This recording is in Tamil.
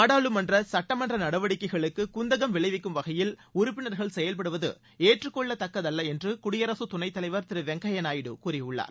நாடாளுமன்ற சட்டமன்ற நடவடிக்கைகளுக்கு குந்தகம் விளைவிக்கும் வகையில் உறுப்பினர்கள் செயல்படுவது ஏற்றுக் கொள்ளத்தக்கதல்ல என்று குடியரசு துணைத் தலைவர் திரு வெங்கப்ய நாயுடு கூறியுள்ளார்